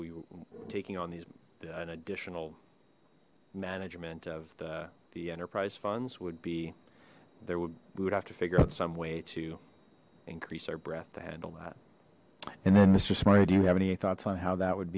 were taking on these additional management of the enterprise funds would be there would we would have to figure out some way to increase our breath to handle that and then mister smart do you have any thoughts on how that would